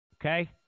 Okay